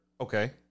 Okay